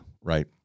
Right